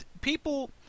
People